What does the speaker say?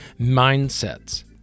mindsets